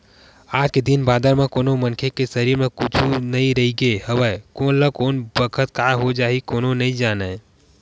आज के दिन बादर म कोनो मनखे के सरीर म कुछु नइ रहिगे हवय कोन ल कोन बखत काय हो जाही कोनो ह नइ जानय